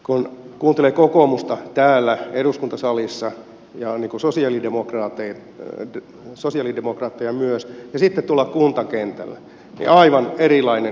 kun kuuntelee kokoomusta täällä eduskuntasalissa ja sosialidemokraatteja myös ja sitten tuolla kuntakentällä niin aivan erilainen kokoomus näkyy siellä